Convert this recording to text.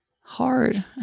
hard